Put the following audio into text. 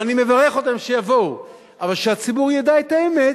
ואני מברך אותם, שיבואו, אבל שהציבור ידע את האמת,